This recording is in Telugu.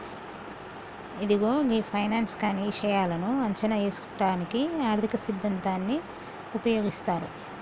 ఇదిగో గీ ఫైనాన్స్ కానీ ఇషాయాలను అంచనా ఏసుటానికి ఆర్థిక సిద్ధాంతాన్ని ఉపయోగిస్తారు